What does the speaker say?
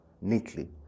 neatly